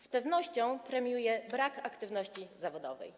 Z pewnością premiuje brak aktywności zawodowej.